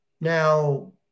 Now